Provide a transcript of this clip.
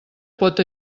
pot